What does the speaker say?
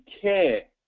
care